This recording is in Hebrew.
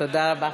תודה רבה.